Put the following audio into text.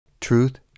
truth